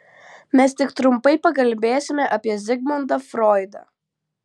mes tik trumpai pakalbėsime apie zigmundą froidą